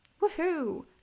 Woohoo